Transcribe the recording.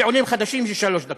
ועולים חדשים זה שלוש דקות,